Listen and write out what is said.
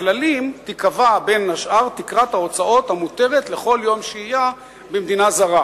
בכללים תיקבע בין השאר תקרת ההוצאות המותרת לכל יום שהייה במדינה זרה.